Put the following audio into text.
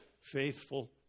faithful